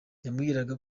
yambwiraga